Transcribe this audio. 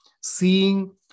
seeing